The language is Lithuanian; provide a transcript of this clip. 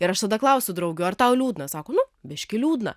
ir aš tada klausiu draugių ar tau liūdna sako nu biškį liūdna